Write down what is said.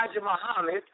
Muhammad